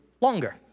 longer